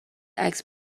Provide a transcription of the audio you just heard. عکس